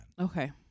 Okay